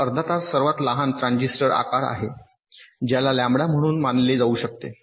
तर अर्धा सर्वात लहान ट्रान्झिस्टर आकार आहे ज्याला लॅम्बडा म्हणून मानले जाऊ शकते